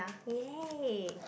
yay